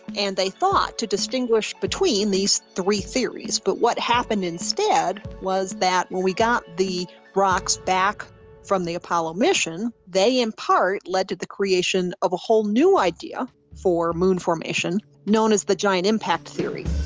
and, they thought, to distinguish between these three theories, but what happened instead was that when we got the rocks back from the apollo mission, they in part led to the creation of a whole new idea for moon formation known as the giant impact theory.